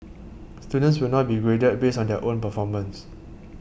students will now be graded based on their own performance